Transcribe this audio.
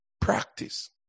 practice